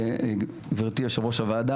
גברתי יושבת-ראש הוועדה,